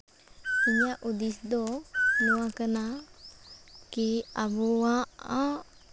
ᱤᱧᱟᱹᱜ ᱦᱩᱫᱤᱥ ᱫᱚ ᱱᱚᱣᱟ ᱠᱟᱱᱟ ᱠᱤ ᱟᱵᱚᱣᱟᱜ